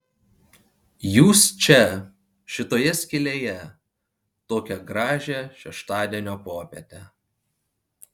jūs čia šitoje skylėje tokią gražią šeštadienio popietę